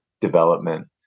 development